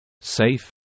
Safe